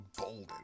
Bolden